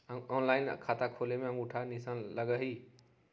Online खाता खोले में अंगूठा के निशान लगहई?